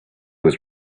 was